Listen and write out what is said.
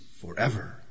forever